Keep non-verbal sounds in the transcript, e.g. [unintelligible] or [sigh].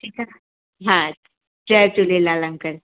ठीकु आहे न [unintelligible] जय झूलेलाल अंकल